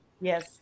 Yes